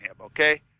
okay